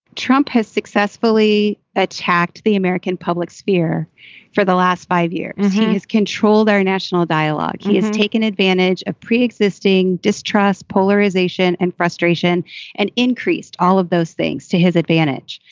trump has successfully attacked the american public sphere for the last five years. he has controlled our national dialogue. he has taken advantage of pre-existing distrust, polarization and frustration and increased all of those things to his advantage.